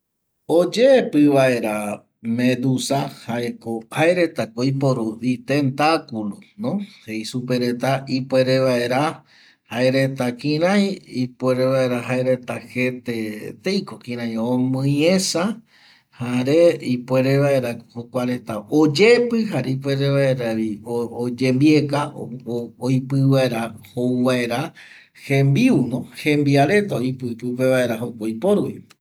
Oyepƚ vaera jaeko medusa jaeko, jaeretako oiporu itentaculo jei supereta ipuere vaera jaereta kirai ipuere vaera ketƚeteiko kirai omƚiesa jare ipuere vaerako kua reta oyepƚ jare ipuere vaeravi oyembieka oipƚ vaera jou vaera jeimbiuno jembia reta oipƚ pƚpe vaera oiporu